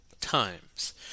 times